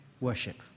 worship